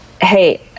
hey